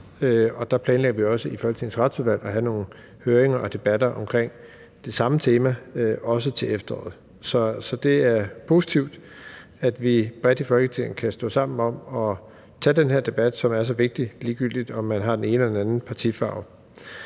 og vi planlagde også i Folketingets Retsudvalg at have nogle høringer og debatter om det samme tema, også til efteråret. Så det er positivt, at vi bredt i Folketinget kan stå sammen om at tage den her debat, som er så vigtig, ligegyldigt om man har den ene eller den anden partifarve.